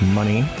money